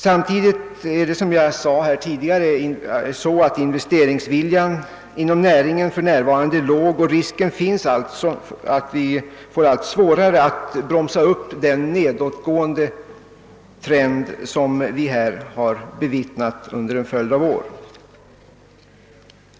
Samtidigt är, som jag tidigare sade, investeringsviljan inom näringen för närvarande låg, och det föreligger alltså risker att vi får allt svårare att bromsa upp den nedåtgående trend som vi noterat under en följd av år.